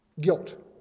guilt